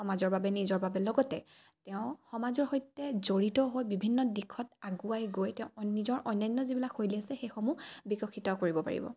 সমাজৰ বাবে নিজৰ বাবে লগতে তেওঁ সমাজৰ সৈতে জড়িত হৈ বিভিন্ন দিশত আগুৱাই গৈ তেওঁ নিজৰ অন্যান্য যিবিলাক শৈলী আছে সেইসমূহ বিকশিত কৰিব পাৰিব